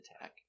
attack